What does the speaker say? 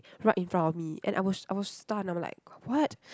right in front of me and I was I was stunned I'm like what